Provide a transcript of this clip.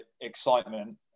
excitement